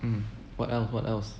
um what else what else